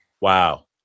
Wow